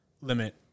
limit